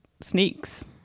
sneaks